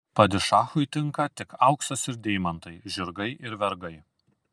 padišachui tinka tik auksas ir deimantai žirgai ir vergai